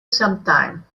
sometime